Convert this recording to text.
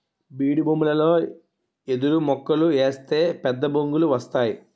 బీడుభూములలో ఎదురుమొక్కలు ఏస్తే పెద్దబొంగులు వస్తేయ్